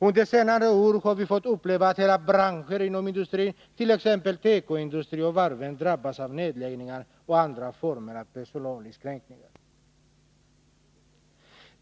Under senare år har vi fått uppleva att hela branscher inom industrin, t.ex. tekoindustrin och varven, drabbats av nedläggningar och andra former av personalinskränkningar.